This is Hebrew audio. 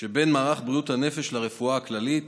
שבין מערך בריאות הנפש לרפואה הכללית